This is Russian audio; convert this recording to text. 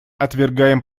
отвергаем